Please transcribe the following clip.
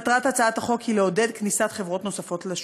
מטרת הצעת החוק היא לעודד כניסת חברות גז נוספות לשוק.